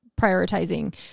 prioritizing